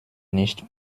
nicht